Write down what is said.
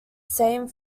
same